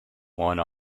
one